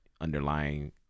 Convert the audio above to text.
underlying